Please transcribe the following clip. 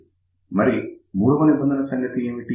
ఇప్పుడు మరి మూడవ నిబంధన సంగతి ఏంటి